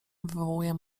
wywołuje